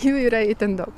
jų yra itin daug